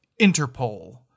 Interpol